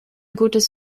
gutes